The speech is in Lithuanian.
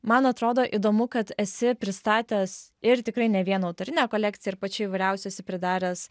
man atrodo įdomu kad esi pristatęs ir tikrai ne vieną autorinę kolekciją ir pačių įvairiausių esi pridaręs